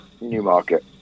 Newmarket